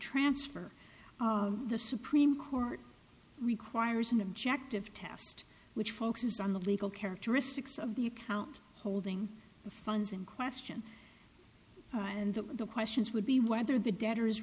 transfer of the supreme court requires an objective test which focuses on the legal characteristics of the account holding the funds in question and the questions would be whether the debtor